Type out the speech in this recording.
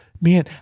Man